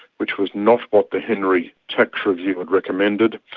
which was not what the henry tax review had recommended,